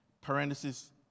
parenthesis